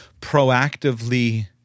proactively